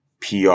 PR